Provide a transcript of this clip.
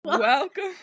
Welcome